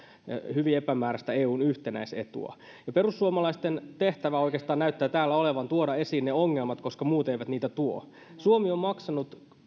hyvin epämääräistä eun yhtenäisetua perussuomalaisten tehtävä oikeastaan näyttää täällä olevan tuoda esiin ne ongelmat koska muut eivät niitä tuo suomi on maksanut